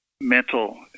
mental